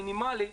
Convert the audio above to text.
המינימאלי,